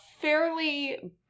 fairly